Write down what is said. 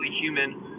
human